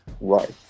Right